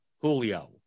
Julio